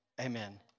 Amen